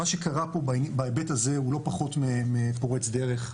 מה שקרה פה בהיבט הזה הוא לא פחות מפורץ דרך.